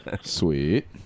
Sweet